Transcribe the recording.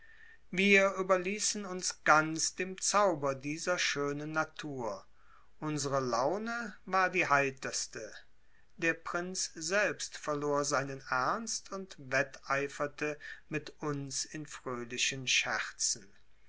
wir überließen uns ganz dem zauber dieser schönen natur unsere laune war die heiterste der prinz selbst verlor seinen ernst und wetteiferte mit uns in fröhlichen scherzen